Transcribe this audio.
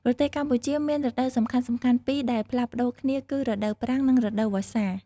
ប្រទេសកម្ពុជាមានរដូវសំខាន់ៗពីរដែលផ្លាស់ប្ដូរគ្នាគឺ រដូវប្រាំង និង រដូវវស្សា។